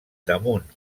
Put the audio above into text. damunt